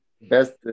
Best